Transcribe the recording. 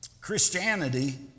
Christianity